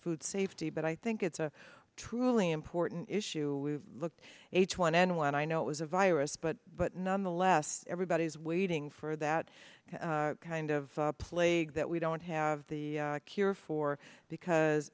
food safety but i think it's a truly important issue we looked h one n one i know it was a virus but but nonetheless everybody is waiting for that kind of plague that we don't have the cure for because